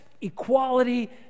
equality